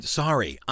sorry